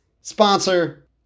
sponsor